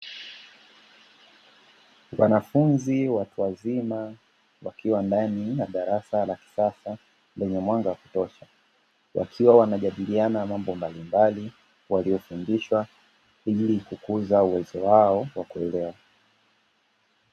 Wanafunzi watu wazima wakiwa ndani na darasa la kisasa lenye mwanga wa kutosha wakiwa wanajadiliana mambo mbalimbali waliyofundishwa ili kukuza uwezo wao wa kuelewa.